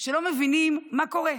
שלא מבינים מה קורה.